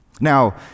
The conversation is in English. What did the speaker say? Now